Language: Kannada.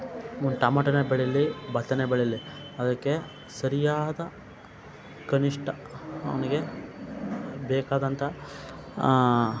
ಒಂದು ಟಮೊಟನೇ ಬೆಳಿಲಿ ಭತ್ತನೇ ಬೆಳಿಲಿ ಅದಕ್ಕೆ ಸರಿಯಾದ ಕನಿಷ್ಠ ಅವನಿಗೆ ಬೇಕಾದಂಥಹ